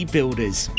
Builders